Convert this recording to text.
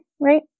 right